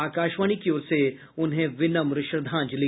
आकाशवाणी की ओर से उन्हें विनम्र श्रद्धांजलि